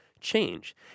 change